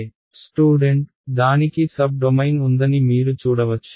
student దానికి sub domain ఉందని మీరు చూడవచ్చు